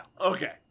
Okay